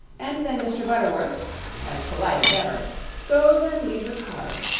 and then mr. butterworth as polite as ever goes and leaves a card.